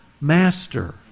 Master